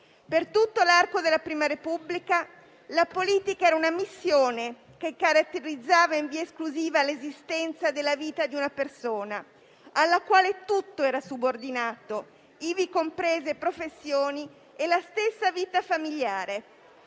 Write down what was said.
Per tutto l'arco della prima Repubblica, la politica era una missione che caratterizzava in via esclusiva l'esistenza della vita di una persona, alla quale tutto era subordinato, ivi comprese le professioni e la stessa vita familiare.